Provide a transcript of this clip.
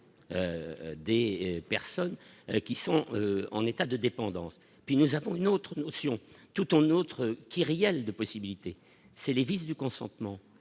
des personnes qui sont en état de dépendance, puis nous avons une autre notion tout en autre kyrielle de possibilités, c'est le vice du consentement